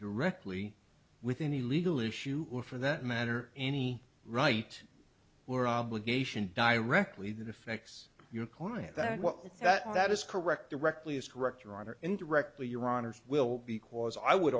directly with any legal issue or for that matter any right were obligation directly that effects your client that well that is correct directly as correct your honor indirectly your honors will because i would